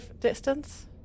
distance